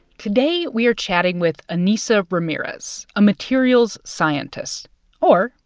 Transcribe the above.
today we are chatting with ah ainissa ramirez, a materials scientist or,